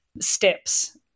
steps